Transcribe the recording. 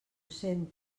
sent